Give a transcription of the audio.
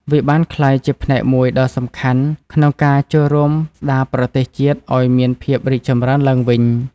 វាបានក្លាយជាផ្នែកមួយដ៏សំខាន់ក្នុងការចូលរួមស្តារប្រទេសជាតិឱ្យមានភាពរីកចម្រើនឡើងវិញ។